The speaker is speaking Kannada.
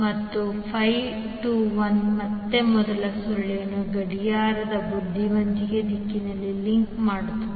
ಮತ್ತೆ 21 ಮತ್ತೆ ಮೊದಲ ಸುರುಳಿಯನ್ನು ಗಡಿಯಾರ ಬುದ್ಧಿವಂತ ದಿಕ್ಕಿನಲ್ಲಿ ಲಿಂಕ್ ಮಾಡುತ್ತದೆ